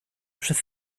przez